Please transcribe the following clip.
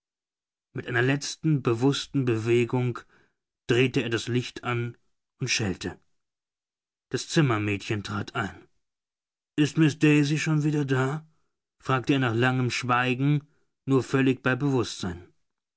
mit einer letzten bewußten bewegung drehte er das licht an und schellte das zimmermädchen trat ein ist miß daisy schon wieder da fragte er nach langem schweigen nur völlig bei bewußtsein